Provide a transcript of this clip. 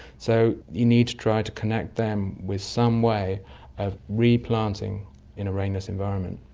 so you need to try to connect them with some way of replanting in a rainless environment.